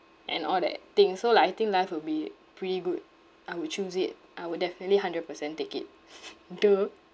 and all that thing so like I think life will be pretty good I would choose it I would definitely hundred percent take it !duh!